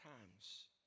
times